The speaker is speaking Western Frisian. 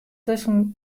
tusken